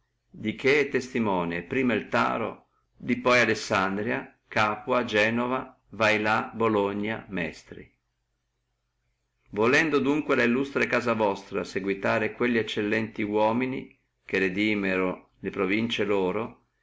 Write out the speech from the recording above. di che è testimone prima el taro di poi alessandria capua genova vailà bologna mestri volendo dunque la illustre casa vostra seguitare quelli eccellenti uomini che redimirno le provincie loro